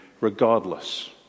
regardless